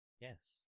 Yes